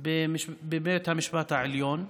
בבית המשפט העליון.